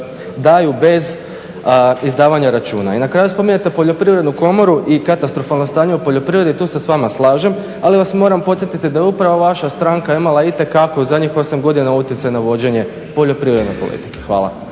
daju bez izdavanja računa. I na kraju spominjete poljoprivrednu komoru i katastrofalno stanje u poljoprivredi, tu se s vama slažem ali vas moram podsjetiti da je upravo vaša stranka imala itekako zadnjih 8 godina utjecaj na vođenje poljoprivredne politike. Hvala.